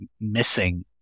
missing